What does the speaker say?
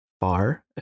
far